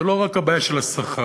זה לא רק הבעיה של השכר,